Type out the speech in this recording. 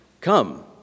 come